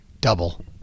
double